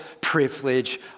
privilege